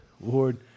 Lord